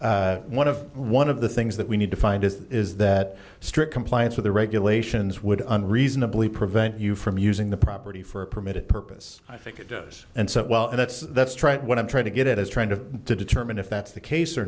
that one of one of the things that we need to find is is that strict compliance with the regulations would unreasonably prevent you from using the property for a permitted purpose i think it does and so well and that's that's tried what i'm trying to get at is trying to determine if that's the case or